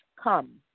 come